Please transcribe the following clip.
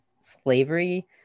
slavery